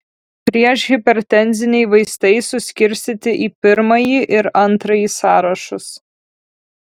priešhipertenziniai vaistai suskirstyti į pirmąjį ir antrąjį sąrašus